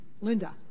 Linda